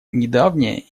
недавнее